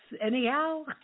anyhow